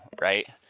Right